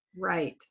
right